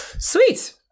Sweet